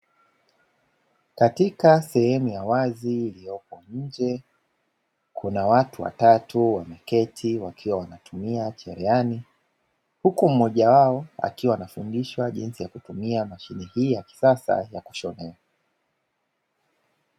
Katika sehemu ya wazi iliyopo nje kuna watu watatu wakiwa wameketi wanatumia cherehani huku mmoja wao akiwa anafundishwa jinsi ya kutumia mashine hii ya kisasa ya kushonea.